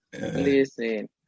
listen